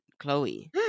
chloe